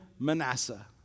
Manasseh